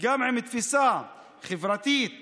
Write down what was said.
וגם עם התפיסה החברתית